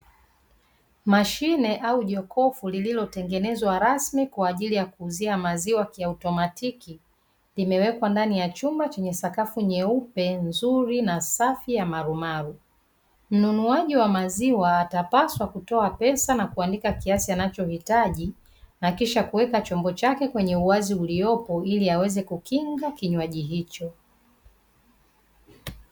Mashine au jokofu lililotengenezwa rasmi kwa ajili ya kuuzia maziwa kiautomatiki, limewekwa ndani ya chumba chenye sakafu nyeupe, nzuri na safi ya marumaru. Mnunuaji wa maziwa atapaswa kutoa pesa na kuandika kiasi anachohitaji, na kisha kuweka chombo chake kwenye uwazi uliopo ili aweze kukinga kinywaji hicho.